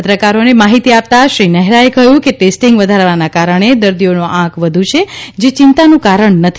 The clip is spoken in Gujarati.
પત્રકારોને માહિતી આપતાં શ્રી નહેરાએ કહ્યુકે ટેસ્ટિંગ વધારવાના કારણે દર્દીઓનો આંક વધુ છે જે ચિંતાનું કારણ નથી